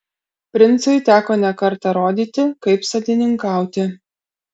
princui teko ne kartą rodyti kaip sodininkauti